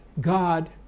God